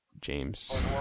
James